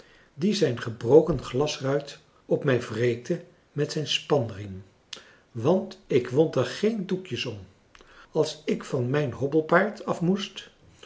die zijn gebroken glasruit op mij wreekte met zijn spanriem want ik wond er geen doekjes om als ik van mijn hobbelpaard af moest